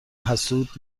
حسود